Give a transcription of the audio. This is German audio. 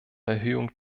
erhöhung